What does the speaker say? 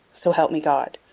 so help me god